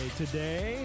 today